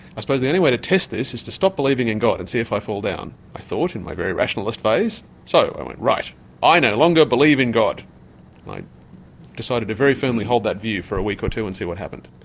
i suppose the only way to test this is to stop believing in god and see if i fall down, i thought in my very rationalist so i went right i no longer believe in god and i decided to very firmly hold that view for a week or two and see what happened.